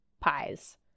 pies